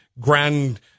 Grand